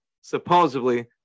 supposedly